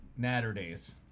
Natterdays